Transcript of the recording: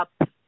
up